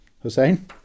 Hussein